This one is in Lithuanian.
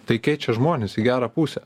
tai keičia žmones į gerą pusę